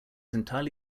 entirely